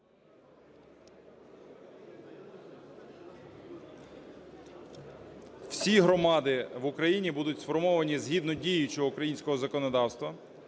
Всі громади в Україні будуть сформовані згідно діючого українського законодавства,